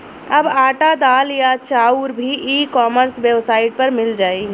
अब आटा, दाल या चाउर भी ई कॉमर्स वेबसाइट पर मिल जाइ